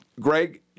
Greg